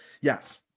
yes